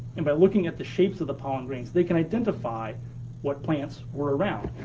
and by looking at the shapes of the pollen grains, they can identify what plants were around.